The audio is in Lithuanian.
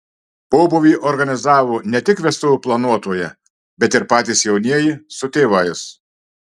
pobūvį organizavo ne tik vestuvių planuotoja bet ir patys jaunieji su tėvais